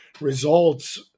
results